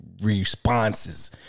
responses